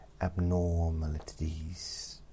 abnormalities